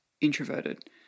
introverted